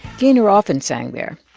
gaynor often sang there.